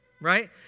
right